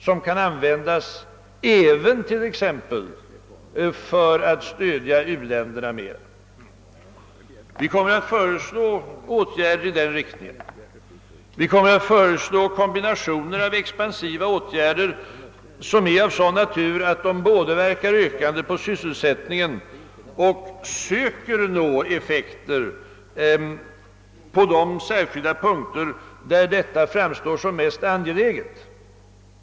Den kan exempelvis användas för att stödja u-länderna. Vi kommer att föreslå åtgärder i denna riktning. Vi kommer också att föreslå kombinationer av expansiva åtgärder, som är av sådan natur att de både verkar ökande på sysselsättningen och gör det på de särskilda punkter där detta framstår som mest angeläget.